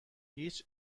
هیچ